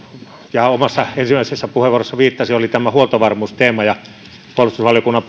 ja omassa ensimmäisessä puheenvuorossani viittasin oli tämä huoltovarmuusteema ja puolustusvaliokunnan